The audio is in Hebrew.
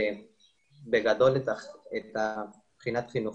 בגדול, מבחינה חינוכית.